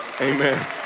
Amen